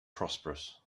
prosperous